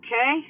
Okay